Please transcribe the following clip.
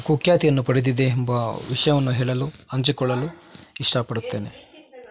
ಕುಖ್ಯಾತಿಯನ್ನು ಪಡೆದಿದೆ ಎಂಬ ವಿಷಯವನ್ನು ಹೇಳಲು ಹಂಚಿಕೊಳ್ಳಲು ಇಷ್ಟಪಡುತ್ತೇನೆ